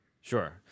Sure